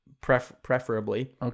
preferably